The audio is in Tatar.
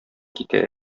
китә